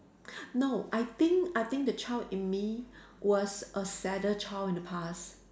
no I think I think the child in me was a sadder child in the past